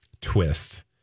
twist